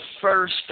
first